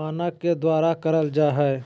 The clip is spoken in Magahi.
मानक के द्वारा करल जा हय